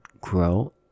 grow